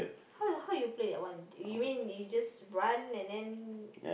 how you how you play that one you mean you just run and then